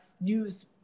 news